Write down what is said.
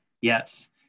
Yes